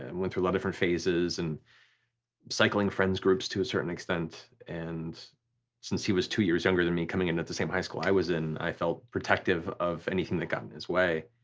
and went through a lot of different phases, and cycling friends groups to a certain extent, and since he was two years younger than me coming in at the same high school i was in, i felt protective of anything that got in his way.